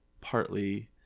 partly